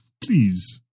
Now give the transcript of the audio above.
please